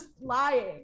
lying